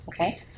okay